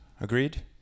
Agreed